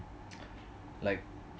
like